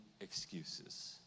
excuses